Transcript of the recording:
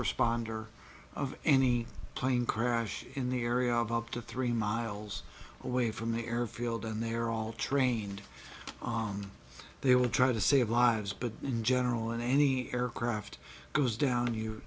responder of any plane crash in the area of up to three miles away from the airfield and they are all trained on they will try to save lives but in general and any aircraft goes down you you